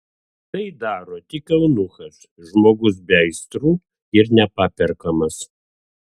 tai daro tik eunuchas žmogus be aistrų ir nepaperkamas